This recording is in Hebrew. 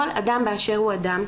כל אדם באשר הוא אדם,